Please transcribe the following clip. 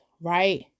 right